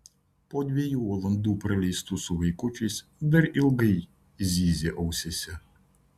po dviejų valandų praleistų su vaikučiais dar ilgai zyzė ausyse